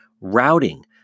routing